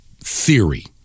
theory